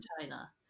China